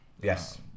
Yes